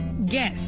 Guess